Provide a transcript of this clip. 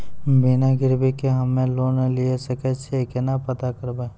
बिना गिरवी के हम्मय लोन लिये सके छियै केना पता करबै?